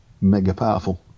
mega-powerful